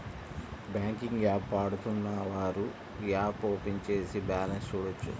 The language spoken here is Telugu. బ్యాంకింగ్ యాప్ వాడుతున్నవారు యాప్ ఓపెన్ చేసి బ్యాలెన్స్ చూడొచ్చు